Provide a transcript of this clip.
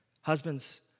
Husbands